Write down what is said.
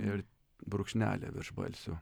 ir brūkšnelį virš balsių